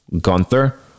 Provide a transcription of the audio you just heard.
Gunther